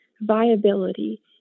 viability